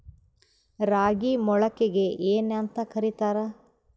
ರಾಗಿ ಮೊಳಕೆಗೆ ಏನ್ಯಾಂತ ಕರಿತಾರ?